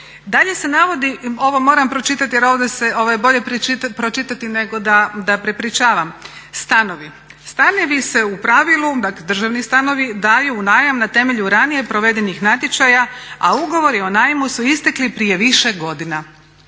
Dalje se navodi, ovo moram pročitati jer ovo je bolje pročitati nego da prepričavam. Stanovi, stanovi se u pravilu, dakle državni stanovi, daju u najam na temelju ranije provedenih natječaja a ugovori o najmu su istekli prije više godina.